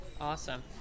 Awesome